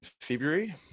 February